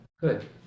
good